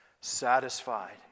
satisfied